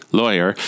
lawyer